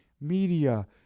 media